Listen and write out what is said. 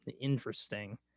interesting